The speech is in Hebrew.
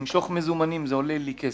למשוך מזומנים, זה עולה לי כסף,